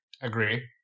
Agree